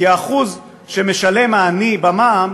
כי האחוז שמשלם העני במע"מ